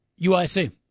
UIC